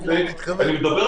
ברשותכם, מבקש